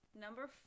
number